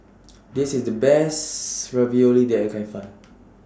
This IS The Best Ravioli that I Can Find